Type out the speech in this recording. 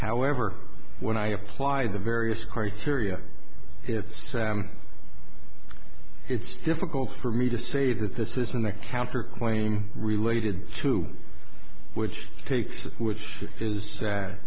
however when i applied the various criteria it it's difficult for me to say that this isn't the counterclaim related to which takes which is